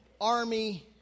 army